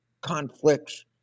conflicts